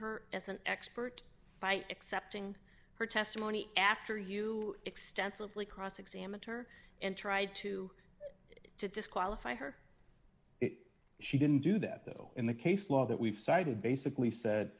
an expert by accepting her testimony after you extensively cross examine her and try to to disqualify her if she didn't do that though in the case law that we've cited basically said